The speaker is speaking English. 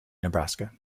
nebraska